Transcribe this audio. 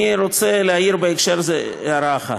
אני רוצה להעיר בהקשר זה הערה אחת: